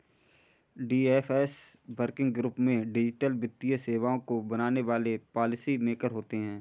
DFS working group में digital वित्तीय सेवाओं को बनाने वाले पॉलिसी मेकर होते हैं